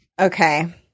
Okay